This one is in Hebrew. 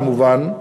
כמובן,